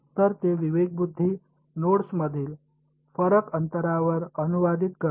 तर ते विवेकबुद्धी नोड्समधील फरक अंतरात अनुवादित करते